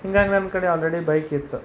ಹೀಗಾಗಿ ನನ್ನ ಕಡೆ ಆಲ್ರೆಡಿ ಬೈಕ್ ಇತ್ತು